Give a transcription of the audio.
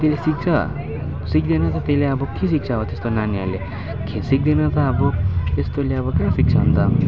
त्यसले सिक्छ सिक्दैन त त्यसले अब के सिक्छ अब त्यस्तो नानीहरूले सिक्दैन त अब यस्तोले अब कहाँ सिक्छ अन्त